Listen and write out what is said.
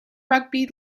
rugby